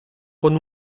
con